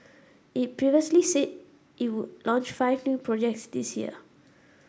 it previously said it would launch five new projects this year